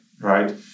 right